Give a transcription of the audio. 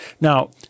Now